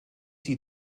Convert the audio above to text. die